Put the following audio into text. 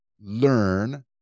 learn